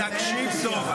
תקשיב טוב,